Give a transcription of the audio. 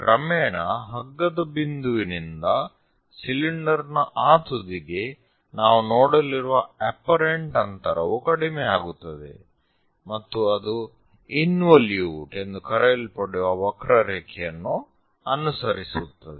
ಕ್ರಮೇಣ ಹಗ್ಗದ ಬಿಂದುವಿನಿಂದ ಸಿಲಿಂಡರ್ನ ಆ ತುದಿಗೆ ನಾವು ನೋಡಲಿರುವ ಅಪ್ಪರೆಂಟ್ ಅಂತರವು ಕಡಿಮೆಯಾಗುತ್ತದೆ ಮತ್ತು ಅದು ಇನ್ವೊಲ್ಯೂಟ್ ಎಂದು ಕರೆಯಲ್ಪಡುವ ವಕ್ರರೇಖೆಯನ್ನು ಅನುಸರಿಸುತ್ತದೆ